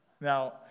Now